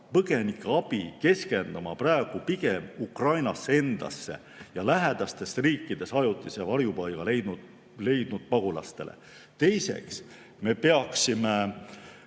põgenike abi keskendama praegu pigem Ukrainasse endasse ja lähedastes riikides ajutise varjupaiga leidnud pagulastele. Teiseks, me peaksime